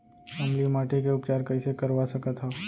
अम्लीय माटी के उपचार कइसे करवा सकत हव?